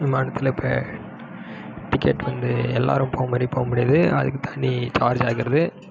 விமானத்தில் இப்போ டிக்கெட் வந்து எல்லாேரும் போகிற மாதிரி போகமுடியாது அதுக்கு தனி சார்ஜ் ஆகிறது